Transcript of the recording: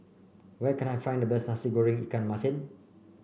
where can I find the best Nasi Goreng Ikan Masin